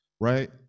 right